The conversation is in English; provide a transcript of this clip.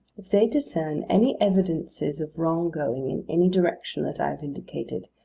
if they discern any evidences of wrong going in any direction that i have indicated,